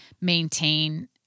maintain